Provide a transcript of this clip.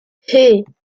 hey